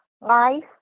Life